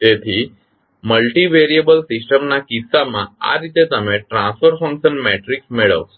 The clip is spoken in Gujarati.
તેથી મલ્ટિવેરિયબલ સિસ્ટમના કિસ્સામાં આ રીતે તમે ટ્રાન્સફર ફંક્શન મેટ્રિક્સ મેળવશો